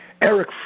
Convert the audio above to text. Eric